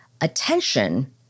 attention